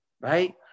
right